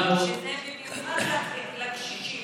שזה במיוחד לקשישים.